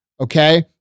Okay